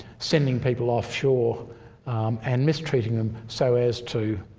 sending people offshore and mistreating them so as to